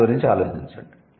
దాని గురించి ఆలోచించండి